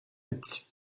its